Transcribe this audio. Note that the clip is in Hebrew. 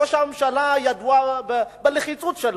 ראש הממשלה ידוע בלחיצות שלו.